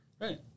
right